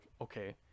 okay